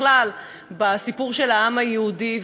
בכלל, בסיפור של העם היהודי.